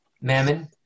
Mammon